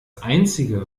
einzige